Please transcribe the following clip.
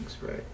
right